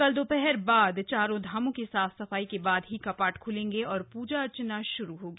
कल दोपहर बाद चारों धामों की साफ सफाई के बाद ही कपाट ख्लेंगे और पूजा अर्चना शुरू होगी